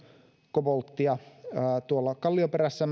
kobolttia tuolla kallioperässä